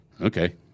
okay